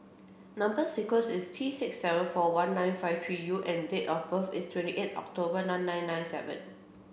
number sequence is T six seven four one nine five three U and date of birth is twenty eight October nine nine nine seven